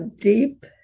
deep